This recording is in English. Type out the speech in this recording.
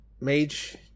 Mage